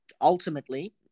Ultimately